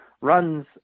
runs